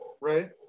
Right